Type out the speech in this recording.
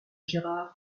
gerard